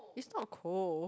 is not cold